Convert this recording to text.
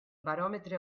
baròmetre